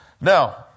Now